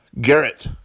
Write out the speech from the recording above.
Garrett